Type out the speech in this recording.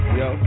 yo